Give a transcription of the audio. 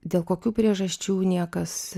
dėl kokių priežasčių niekas